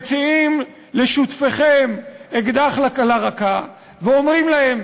מציעים לשותפיכם אקדח לרקה ואומרים להם: